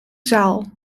zaal